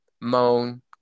moan